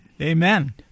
Amen